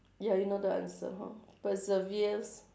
ya you know the answer hor perseveres